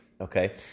Okay